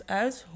uit